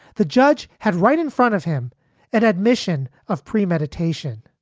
the judge had right in front of him an admission of premeditation.